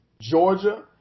Georgia